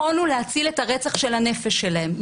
יכולנו להציל את הרצח של הנפש שלהם?